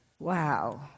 Wow